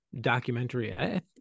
documentary